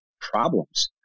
problems